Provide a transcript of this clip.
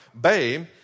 babe